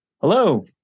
hello